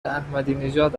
احمدینژاد